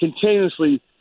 continuously